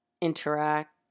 interact